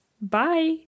Bye